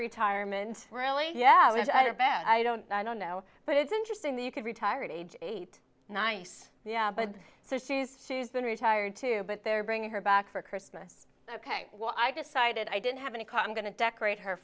retirement really yeah i bet i don't i don't know but it's interesting that you could retire at age eight nice yeah but so she's been retired too but they're bringing her back for christmas ok while i decided i'd didn't have any column going to decorate her